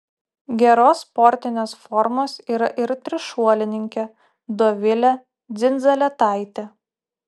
geros sportinės formos yra ir trišuolininkė dovilė dzindzaletaitė